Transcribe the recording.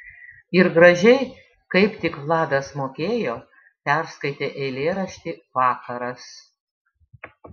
ir gražiai kaip tik vladas mokėjo perskaitė eilėraštį vakaras